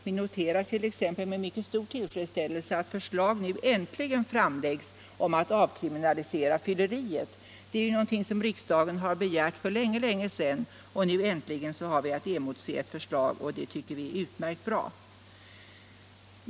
Vi noterar t.ex. med stor tillfredsställelse att förslag nu äntligen framläggs om att avkriminalisera fylleriet. Det är någonting som riksdagen begärt för länge sedan. Nu har vi äntligen att emotse ett förslag, och det tycker vi är utmärkt.